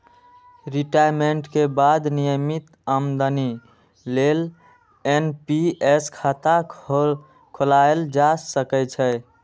retirement के बाद नियमित आमदनी लेल एन.पी.एस खाता खोलाएल जा सकै छै